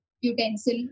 utensil